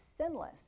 sinless